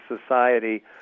society